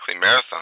Marathon